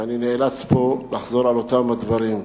ואני נאלץ לחזור פה על אותם הדברים: